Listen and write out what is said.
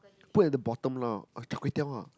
put at the bottom lah uh char-kway-teow ah